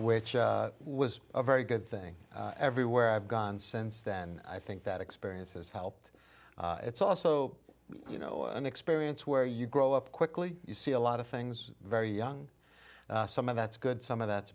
which was a very good thing everywhere i've gone since then i think that experience has helped it's also you know an experience where you grow up quickly you see a lot of things very young some of that's good some of that